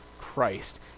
Christ